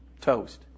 Toast